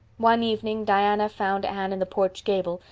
one evening diana found anne in the porch gable,